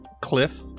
cliff